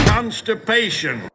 Constipation